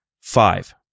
Five